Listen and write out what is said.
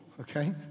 okay